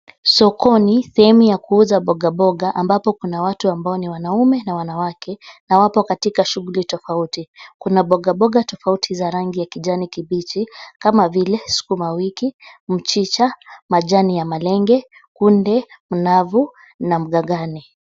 Sokoni sehemu ya kuuza mboga mboga ambapo kuna ambao ni wanaume na wanawake na wapo katika shughuli tofauti. Kuna bogaboga tofauti za rangi ya kijani kibichi kama vile sukula wiki, mchicha, majani ya malenge, kunde, mnavu na mgagani.